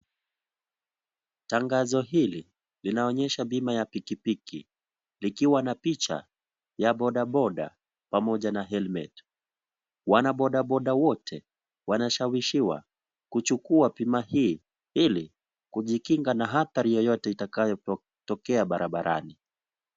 Tangazo hili, linaonyesha bima ya pikipiki. Likiwa na picha ya bodaboda pamoja na helmet .Wanabodaboda wote, wanashawishiwa kuchukua bima hii, ili kujikinga na hatari yoyote itakayotokea barabarani.